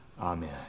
Amen